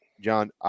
John